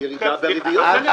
וירידה בריביות.